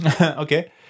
Okay